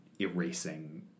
erasing